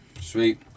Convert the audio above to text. Sweet